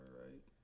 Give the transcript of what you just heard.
right